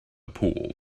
pool